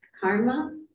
karma